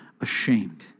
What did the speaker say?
ashamed